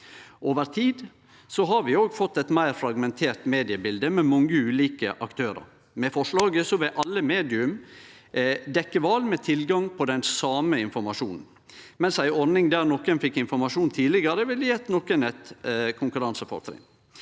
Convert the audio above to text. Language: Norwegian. Over tid har vi også fått eit meir fragmentert mediebilete, med mange ulike aktørar. Med forslaget vil alle medium dekkje val med tilgang på den same informasjonen, mens ei ordning der nokre fekk informasjonen tidlegare, ville gjeve nokre eit konkurransefortrinn.